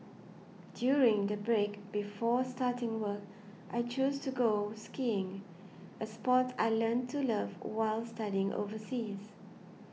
during the break before starting work I chose to go skiing a sport I learnt to love while studying overseas